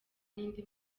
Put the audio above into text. n’indi